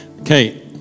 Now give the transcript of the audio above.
Okay